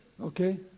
Okay